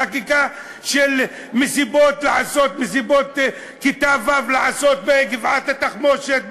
חקיקה לעשות מסיבות כיתה ו' בגבעת-התחמושת,